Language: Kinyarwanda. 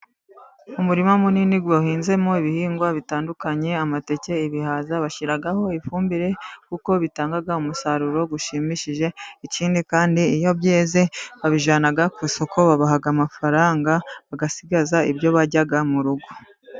Umurima munini uhinzemo ibihingwa bitandukanye, amateke, ibihaza bashyiraho ifumbire, kuko bitanga umusaruro ushimishije, ikindi kandi iyo byeze babijyana ku isoko, babaha amafaranga bagasigaza ibyo barya mu rugo.